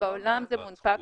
בעולם זה מונפק.